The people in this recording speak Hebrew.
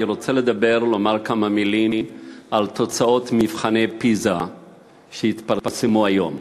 אני רוצה לומר כמה מילים על תוצאות מבחני פיז"ה שהתפרסמו היום.